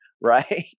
right